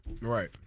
Right